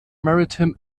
maritime